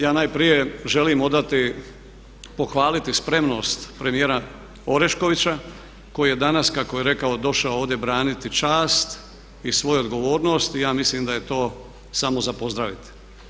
Ja najprije želim odati, pohvaliti spremnost premijera Oreškovića koji je danas kako je rekao došao ovdje braniti čast i svoju odgovornost i ja mislim da je to samo za pozdraviti.